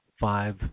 five